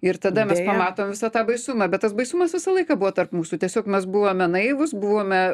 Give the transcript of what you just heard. ir tada mes pamatom visą tą baisumą bet tas baisumas visą laiką buvo tarp mūsų tiesiog mes buvome naivūs buvome